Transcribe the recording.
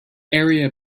area